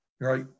right